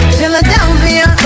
Philadelphia